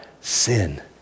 sin